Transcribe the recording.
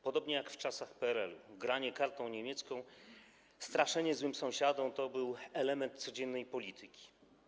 Podobnie jak w czasach PRL-u, granie kartą niemiecką, straszenie złym sąsiadem to były elementy codziennej polityki.